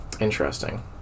Interesting